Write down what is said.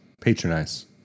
Patronize